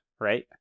right